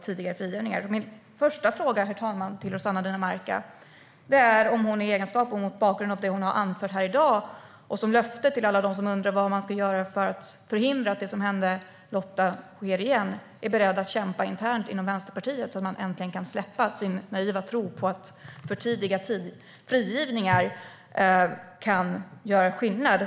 Min första fråga till Rossana Dinamarca, herr talman, är om hon mot bakgrund av det hon har anfört här i dag och som löfte till alla dem som undrar vad man ska göra för att förhindra att det som hände Lotta sker igen är beredd att kämpa internt inom Vänsterpartiet så att man äntligen kan släppa sin naiva tro på att tidiga frigivningar kan göra skillnad.